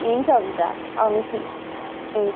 हुन्छ हुन्छ आउनुहोस् न